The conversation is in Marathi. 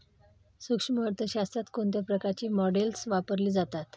सूक्ष्म अर्थशास्त्रात कोणत्या प्रकारची मॉडेल्स वापरली जातात?